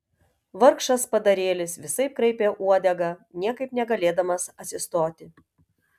vargšas padarėlis visaip kraipė uodegą niekaip negalėdamas atsistoti